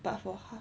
but for half